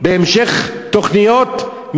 בהמשך תוכניות,